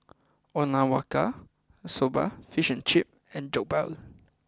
Okinawa soba Fish and Chip and Jokbal